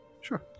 Sure